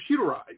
computerized